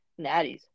natties